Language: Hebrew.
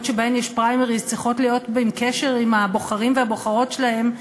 שבהן יש פריימריז צריכות להיות בקשר עם הבוחרים ועם הבוחרות שלהם,